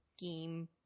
game